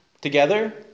together